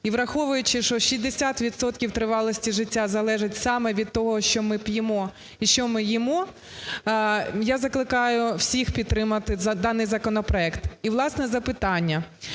І враховуючи, що 60 відсотків тривалості життя залежить саме від того, що ми п'ємо і що ми їмо, я закликаю всіх підтримати даний законопроект. І, власне, запитання.